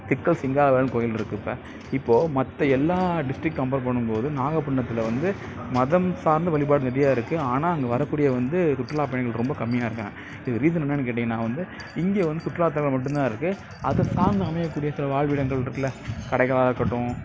ஈஸியாக வந்து ஃபன்ஸ் வரதுக்கு எந்த வழியோ அந்த வழியை வந்து தேடி கண்டுபிடிச்சு அந்த ஃபன்ட்ஸை வந்து வாங்கி அந்த ஃபன்ட்ஸல இருந்து மக்களுக்கு ஸ்கூல் போகிறதுக்கு தேவையான வந்து சில அடிப்படை வசதிகள்லாம் பண்ணி கொடுக்க நான் விரும்புகிறேன் முக்கியமான அடிப்படை வசதினால் தண்ணி வசதி அப்புறம் என்ன வசதி கேட்டீங்கன்னால் வந்து பெஞ்சி